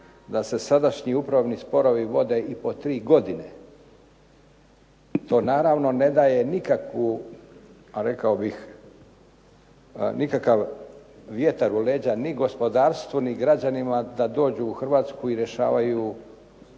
da se sadašnji upravni sporovi vode i po 3 godine to naravno ne daje nikakvu, a rekao bih, nikakav vjetar u leđa ni gospodarstvu ni građanima da dođu u Hrvatsku i rješavaju